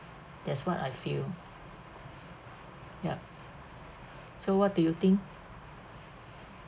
that's what I feel yup so what do you think